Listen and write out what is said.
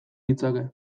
ditzake